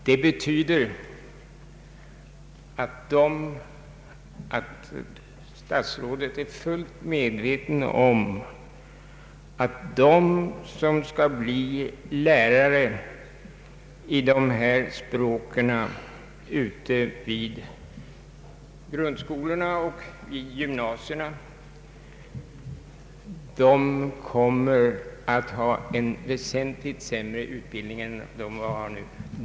Detta innebär att statsrådet är fullt medveten om att de som skall bli lärare i dessa språk vid grundskolor och gymnasier kommer att ha en väsentligt sämre utbildning än vad motsvarande lärare har nu.